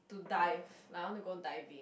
dive like I want to go diving